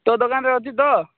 ତୋ ଦୋକାନରେ ଅଛି ତ